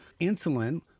Insulin